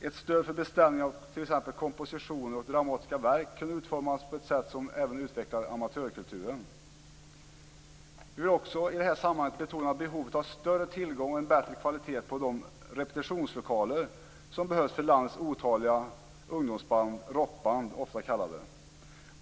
Ett stöd för beställning av t.ex. kompositioner och dramatiska verk kunde utformas på ett sätt som även utvecklar amatörkulturen. I det här sammanhanget vill vi också betona behovet av en större tillgång och en bättre kvalitet på de repetitionslokaler som behövs för landets otaliga ungdomsband, ofta kallade rockband.